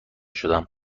شدم